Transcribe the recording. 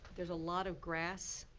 there's a lot of grass